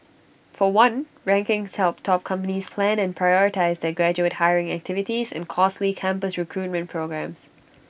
for one rankings help top companies plan and prioritise their graduate hiring activities and costly campus recruitment programmes